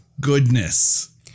goodness